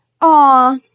Aw